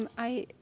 um i.